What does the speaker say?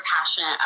passionate